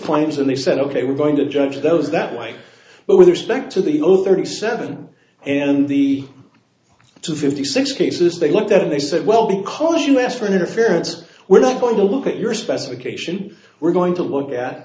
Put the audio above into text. points and they said ok we're going to judge those that way but with respect to the over thirty seven and the two fifty six cases they looked at and they said well because you asked for an interference we're not going to look at your specification we're going to look at